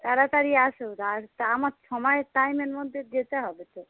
তাড়াতাড়ি এসো আর তা আমার সময়ের টাইমের মধ্যে যেতে হবে তো